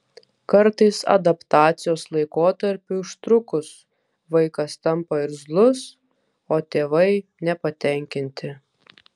kartais adaptacijos laikotarpiui užtrukus vaikas tampa irzlus o tėvai nepatenkinti